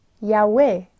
Yahweh